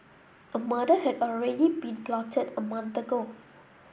a murder had already been plotted a month ago